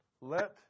let